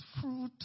fruit